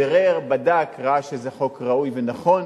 בירר, בדק, ראה שזה חוק ראוי ונכון,